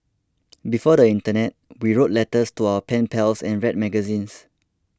before the internet we wrote letters to our pen pals and read magazines